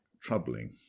troubling